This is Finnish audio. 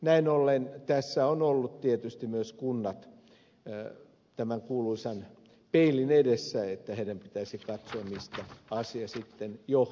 näin ollen tässä ovat olleet tietysti myös kunnat tämän kuuluisan peilin edessä että niiden pitäisi katsoa mistä asia sitten johtuu